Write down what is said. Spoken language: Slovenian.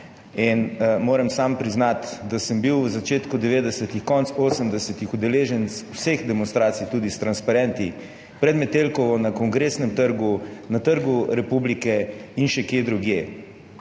in moram priznati, da sem bil v začetku 90., konec 80. let udeleženec vseh demonstracij, tudi s transparenti, pred Metelkovo, na Kongresnem trgu, na Trgu republike in še kje drugje.